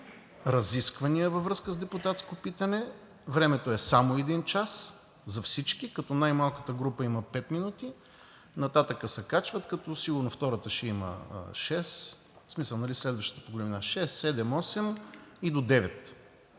разисквания във връзка с депутатско питане, времето е само един час за всички, като най-малката група има пет минути, нататък се качват, като сигурно втората, в смисъл следващата по-големина, ще имат